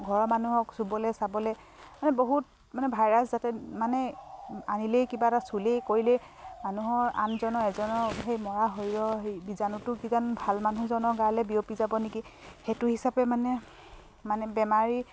ঘৰৰ মানুহক চুবলৈ চাবলৈ মানে বহুত মানে ভাইৰাছ যাতে মানে আনিলেই কিবা এটা চুলেই কৰিলেই মানুহৰ আনজনৰ এজনৰ সেই মৰা শৰীৰৰ সেই বীজাণুতো কিজান ভাল মানুহজনৰ গালৈ বিয়পি যাব নেকি সেইটো হিচাপে মানে মানে বেমাৰী